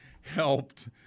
helped